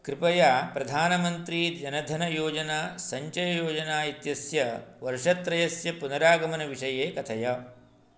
कृपया प्रधानमन्त्री जनधनयोजना सञ्चययोजना इत्यस्य वर्षत्रयस्य पुनरागमनविषये कथय